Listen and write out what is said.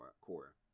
Core